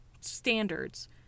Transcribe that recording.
standards